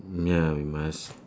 ya we must